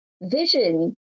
vision